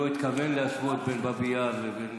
הוא לא התכוון להשוות בין באבי יאר לבין,